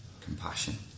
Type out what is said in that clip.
Compassion